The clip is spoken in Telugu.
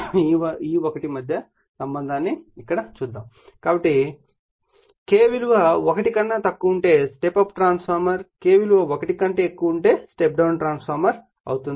కాబట్టి ఇక్కడ మాత్రమే ఉంటుంది కాబట్టి K విలువ 1 కన్నా తక్కువ ఉంటే స్టెప్ అప్ ట్రాన్స్ఫార్మర్ K విలువ 1 కంటే ఎక్కువ ఉంటే స్టెప్ డౌన్ ట్రాన్స్ఫార్మర్ అవుతుంది